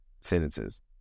sentences